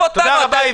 תודה רבה, יבגני.